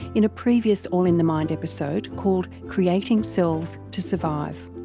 in a previous all in the mind episode called creating selves to survive.